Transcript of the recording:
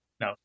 no